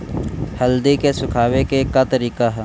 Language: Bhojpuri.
हल्दी के सुखावे के का तरीका ह?